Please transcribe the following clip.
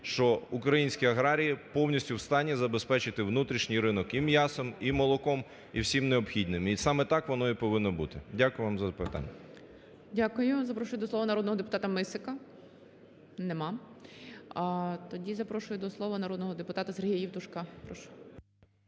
що українські аграрії повністю в стані забезпечити внутрішній ринок і м'ясом, і молоком, і всім необхідним. І саме так воно повинно і бути. Дякую вам за запитання. ГОЛОВУЮЧИЙ. Дякую. Запрошую до слова народного депутата Мисика. Немає. Тоді запрошую до слова народного депутата Сергія Євтушка. Прошу.